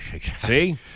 See